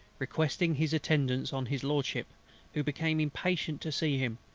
requesting his attendance on his lordship who became impatient to see him,